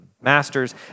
Masters